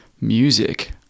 Music